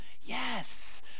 Yes